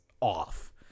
off